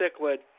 cichlid